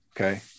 okay